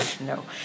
no